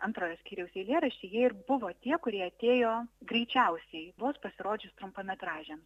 antrojo skyriaus eilėraščiai jie ir buvo tie kurie atėjo greičiausiai vos pasirodžius trumpametražiam